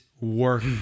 work